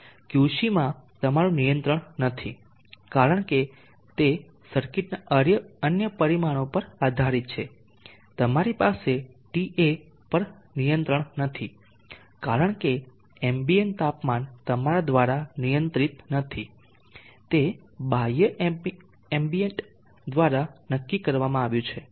QC માં તમારું નિયંત્રણ નથી કારણ કે તે સર્કિટના અન્ય પરિમાણો પર આધારિત છે તમારી પાસે Ta પર નિયંત્રણ નથી કારણ કે એમ્બિયન્ટ તાપમાન તમારા દ્વારા નિયંત્રિત નથી તે બાહ્ય એમ્બિયન્ટ દ્વારા નક્કી કરવામાં આવ્યું છે